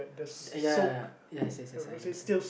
ya ya ya yes yes I understand